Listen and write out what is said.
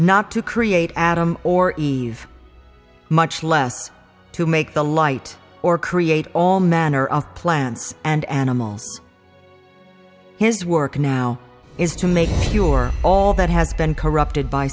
not to create adam or eve much less to make the light or create all manner of plants and animals his work now is to make sure all that has been corrupted by